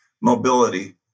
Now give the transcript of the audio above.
mobility